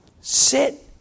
Sit